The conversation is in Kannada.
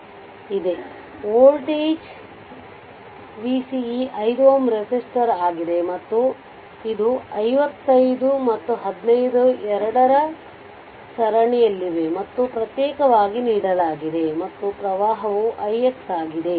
1 ಫರಾಡ್ ಇದೆ ವೋಲ್ಟೇಜ್ ವಿ ಸಿ ಈ 5 Ω ರೆಸಿಸ್ಟರ್ ಆಗಿದೆ ಮತ್ತು ಇದು 55 ಮತ್ತು 15 ಎರಡೂ ಸರಣಿಯಲ್ಲಿವೆ ಮತ್ತು ಪ್ರತ್ಯೇಕವಾಗಿ ನೀಡಲಾಗಿದೆ ಮತ್ತು ಪ್ರವಾಹವು ix ಆಗಿದೆ